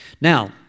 Now